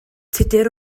tudur